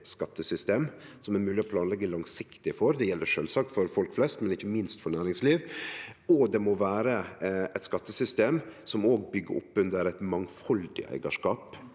skattesystem som det er mogleg å planleggje langsiktig for – det gjeld sjølvsagt for folk flest, men ikkje minst for næringslivet – og det må vere eit skattesystem som òg byggjer opp under eit mangfaldig og